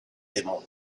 demo